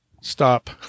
stop